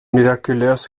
mirakulös